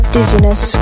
Dizziness